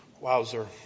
Wowzer